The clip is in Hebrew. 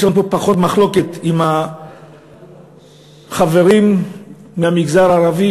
יש לנו פה פחות מחלוקת עם החברים מהמגזר הערבי,